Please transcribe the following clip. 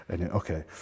okay